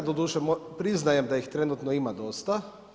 Doduše priznajem da ih trenutno ima dosta.